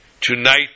tonight